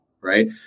right